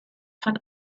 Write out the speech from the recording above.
can